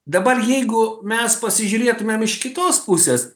dabar jeigu mes pasižiūrėtumėm iš kitos pusės